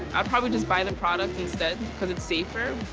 i'll probably just buy the product instead because it's safer.